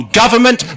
government